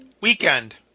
Weekend